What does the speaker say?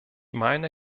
meine